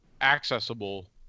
accessible